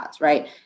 right